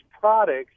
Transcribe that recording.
products